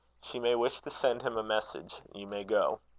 she may wish to send him a message. you may go.